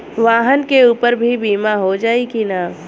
वाहन के ऊपर भी बीमा हो जाई की ना?